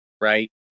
right